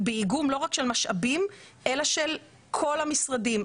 באיגום לא רק של משאבים אלא של כל המשרדים,